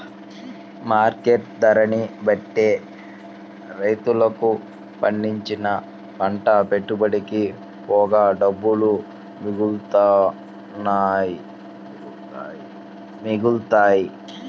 market ధరని బట్టే రైతులకు పండించిన పంట పెట్టుబడికి పోగా డబ్బులు మిగులుతాయి